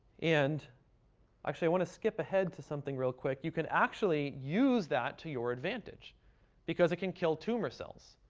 and actually i want to skip ahead to something real quick, you can actually use that to your advantage because it can kill tumor cells.